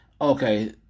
okay